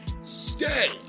stay